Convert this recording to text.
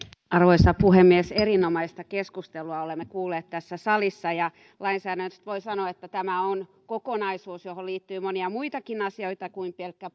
arvoisa puhemies erinomaista keskustelua olemme kuulleet tässä salissa lainsäädännöstä voi sanoa että tämä on kokonaisuus johon liittyy monia muitakin asioita kuin pelkkä